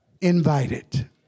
invited